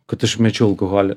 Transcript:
kad aš mečiau alkoholį